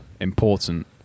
important